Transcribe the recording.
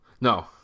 No